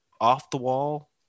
off-the-wall